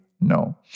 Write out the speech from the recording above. no